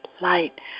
light